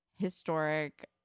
historic